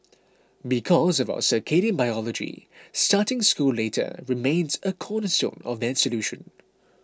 because of our circadian biology starting school later remains a cornerstone of that solution